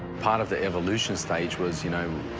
part of the evolution stage was, you know,